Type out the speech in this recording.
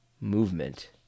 Movement